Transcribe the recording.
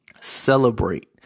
celebrate